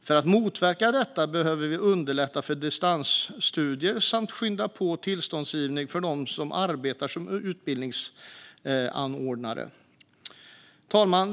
För att motverka detta behöver vi underlätta distansstudier samt skynda på tillståndsgivningen för dem som arbetar som utbildningsanordnare. Herr talman!